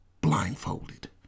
blindfolded